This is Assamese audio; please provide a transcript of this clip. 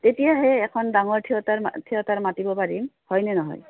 তেতিয়াহে এখন ডাঙৰ থিয়েটাৰ থিয়েটাৰ মাতিব পাৰিম হয়নে নহয়